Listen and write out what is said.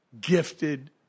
gifted